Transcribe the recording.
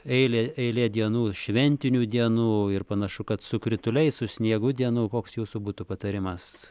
eilė eilė dienų šventinių dienų ir panašu kad su krituliais su sniegu dienų koks jūsų būtų patarimas